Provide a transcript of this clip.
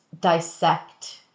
dissect